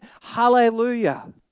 Hallelujah